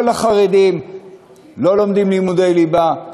כל החרדים לא לומדים לימודי ליבה,